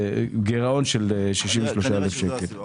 זה גירעון של 63 אלף שקלים.